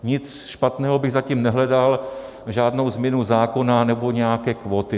Nic špatného bych za tím nehledal a žádnou změnu zákona nebo nějaké kvóty.